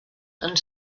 and